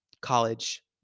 college